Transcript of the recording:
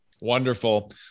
Wonderful